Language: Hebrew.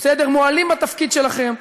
מועלים בתפקיד שלכם,